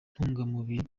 ntungamubiri